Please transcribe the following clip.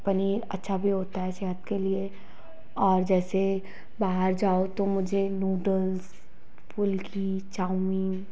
पनीर अच्छा भी होता है सेहत के लिए और जैसे बाहर जाओ तो मुझे नूडल्स फुलकी चाऊमीन